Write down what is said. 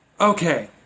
Okay